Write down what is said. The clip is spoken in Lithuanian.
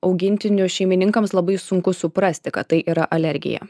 augintinių šeimininkams labai sunku suprasti kad tai yra alergija